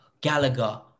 Gallagher